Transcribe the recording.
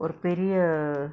ஒரு பெரிய:oru periya err